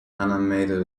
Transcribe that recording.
animator